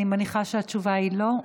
אני מניחה שהתשובה היא לא.